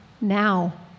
now